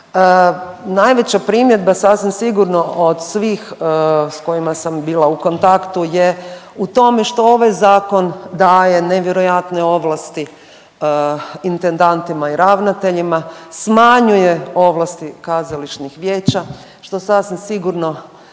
Najveća primjedba sasvim sigurno od svih s kojima sam bila u kontaktu je u tome što ovaj zakon daje nevjerojatne ovlasti intendantima i ravnateljima, smanjuje ovlasti kazališnih vijeća što sasvim sigurno